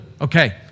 Okay